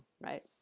right